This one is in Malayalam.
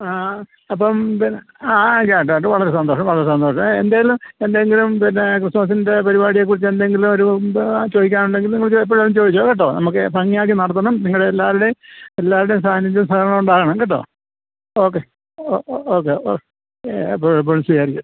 ആ അപ്പം പിന്നെ ആയിക്കോട്ടെ ഇത് വളരെ സന്തോഷം വളരെ സന്തോഷം എന്തെങ്കിലും എന്തെങ്കിലും പിന്നെ ക്രിസ്മസിൻ്റെ പരിപാടിയെ കുറിച്ചെന്തെങ്കിലുമൊരിത് ചോദിക്കാനുണ്ടെങ്കിൽ നിങ്ങൾക്ക് എപ്പോഴായാലും ചോദിച്ചോ കേട്ടോ നമുക്ക് ഭംഗിയാക്കി നടത്തണം നിങ്ങളുടെയെല്ലാവരുടെ എല്ലാവരുടെ സാന്നിധ്യം സഹകരണവുമുണ്ടാവണം കേട്ടോ ഓക്കെ ഓ ഓക്കെ ഓ എപ്പോഴും എപ്പോഴും സ്തുതിയായിരിക്കട്ടെ